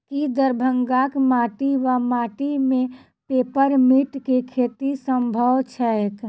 की दरभंगाक माटि वा माटि मे पेपर मिंट केँ खेती सम्भव छैक?